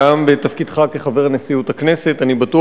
חובה נעימה היא לברך